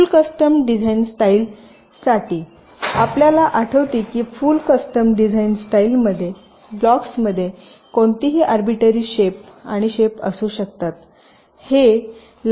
फुल custom design स्टाईलसाठी आपल्याला आठवते की फुल कस्टम डिझाइन स्टाईलमध्ये ब्लॉक्समध्ये कोणतेही अरबीटरी शेप आणि शेप असू शकतात